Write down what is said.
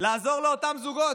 לעזור לאותם זוגות,